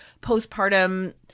postpartum